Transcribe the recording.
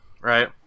right